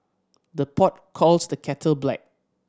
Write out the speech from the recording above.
the pot calls the kettle black